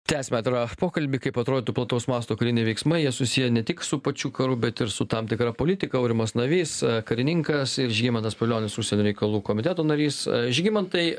tęsiame atvirą pokalbį kaip atrodytų plataus masto kariniai veiksmai jie susiję ne tik su pačiu karu bet ir su tam tikra politika aurimas navys karininkas ir žygimantas pavilionis užsienio reikalų komiteto narys žygimantai